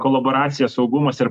kolaboracija saugumas ir